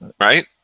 Right